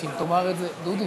כבוד היושב-ראש,